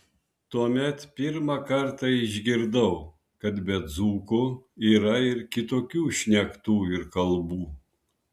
tuomet pirmą kartą išgirdau kad be dzūkų yra ir kitokių šnektų ir kalbų